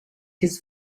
his